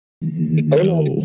No